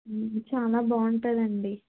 చాలా బాగుంటుందండి